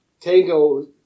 Tango